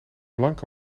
blanke